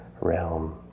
realm